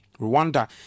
Rwanda